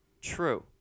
true